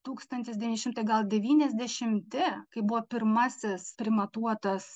tūkstantis devyni šimtai gal devyniasdešimti kai buvo pirmasis primatuotas